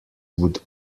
would